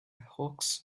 hawks